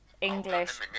English